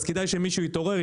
אז כדאי שמישהו יתעורר,